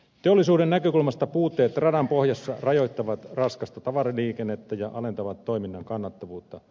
teollisuuden näkökulmasta puutteet radan pohjassa rajoittavat raskasta tavaraliikennettä ja alentavat toiminnan kannattavuutta